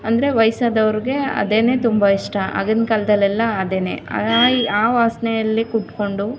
ಅಂದರೆ ವಯಸ್ಸಾದವ್ರ್ಗೆ ಅದೇ ತುಂಬ ಇಷ್ಟ ಆಗಿದ್ ಕಾಲದಲ್ಲೆಲ್ಲ ಅದೇನೆ ಆ ವಾಸನೆಯಲ್ಲಿ ಕೂತ್ಕೊಂಡು